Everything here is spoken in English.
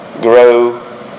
grow